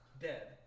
dead